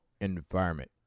environment